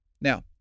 Now